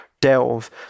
Delve